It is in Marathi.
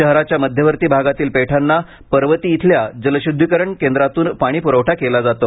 शहराच्या मध्यवर्ती भागातील पेठांना पर्वती येथील जलशुद्धीकरण केंद्रातून पाणी पुरवठा केला जातो